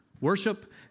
worship